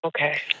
okay